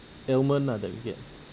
almond ah that we get